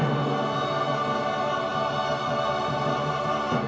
oh